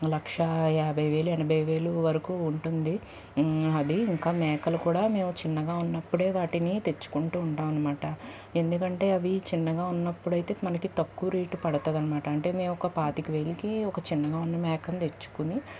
లక్షా యాభైవేలు ఎనభైవేలు వరకు ఉంటుంది అది ఇంకా మేకలు కూడా మేము చిన్నగా ఉన్నప్పుడే వాటిని తెచ్చుకుంటూ ఉంటాం అనమాట ఎందుకంటే అవి చిన్నగా ఉన్నప్పుడైతే మనకు తక్కువ రేటు పడతాది అనమాటండి అంటే మేము ఒక పాతికవేలుకి ఒక చిన్నగా ఉన్న మేకని తెచ్చుకుని